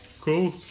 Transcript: Cool